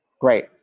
Great